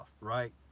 right